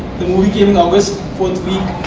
the movie came in august, fourth week.